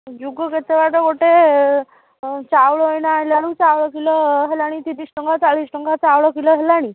ଯୁଗ କେତେ ବାଟ ଗୋଟିଏ ଚାଉଳ ଏଇନା ଆଣିଲା ବେଳକୁ ଚାଉଳ କିଲୋ ହେଲାଣି ତିରିଶ୍ ଟଙ୍କା ଚାଳିଶ୍ ଟଙ୍କା ଚାଉଳ କିଲୋ ହେଲାଣି